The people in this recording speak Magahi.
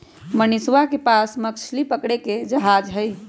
मनीषवा के पास मछली पकड़े के जहाज हई